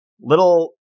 little